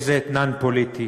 מאיזה אתנן פוליטי.